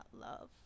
love